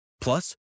Plus